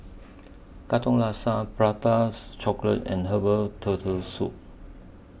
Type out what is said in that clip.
Katong Laksa Prata's Chocolate and Herbal Turtle Soup